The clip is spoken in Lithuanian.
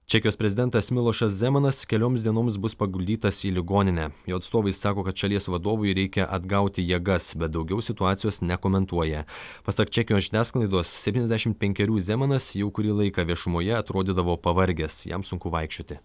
čekijos prezidentas milošas zemanas kelioms dienoms bus paguldytas į ligoninę jo atstovai sako kad šalies vadovui reikia atgauti jėgas bet daugiau situacijos nekomentuoja pasak čekijos žiniasklaidos septyniasdešimt penkerių zemanas jau kurį laiką viešumoje atrodydavo pavargęs jam sunku vaikščioti